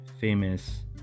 famous